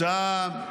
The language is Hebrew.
הצעה,